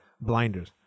blinders